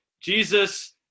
Jesus